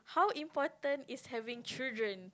how important is having children